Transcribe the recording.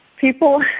people